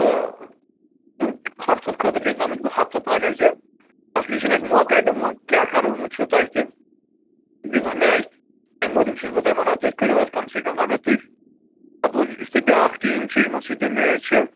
تہٕ تہٕ ہَفتَس خٲطرٕ چھِ أسہِ دامٕتۍ بہٕ ہَفتَس تانۍ حظ یہِ اَصلی چھِنہٕ اَسہِ موقعے تہٕ وٕ کیٛاہ کَرو وٕ چھُو تۄہہِ تہِ گِنٛدُن میچ امہِ موٗجوٗب چھُس بہٕ تۄہہِ وَنان تُہۍ کٔرِو حظ کَم سے کَم اگر تُہۍ اَپوزِٹ یُس تۄہہِ بیٛاکھ ٹیٖم چھِ یِمَن سۭتۍ تۄہہِ میچ چھِ